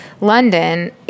London